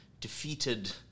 defeated